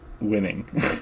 winning